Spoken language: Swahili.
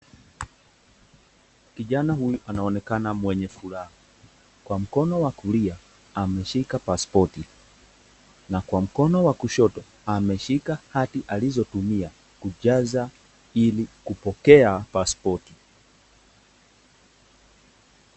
Kijana huyu anaonekana mwenye furaha, kwa mkono wa kulia ameshika pasipoti na kwa mkono wa kushoto ameshika hati halizotumia kujaza ili kupokea pasipoti.